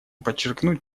подчеркнуть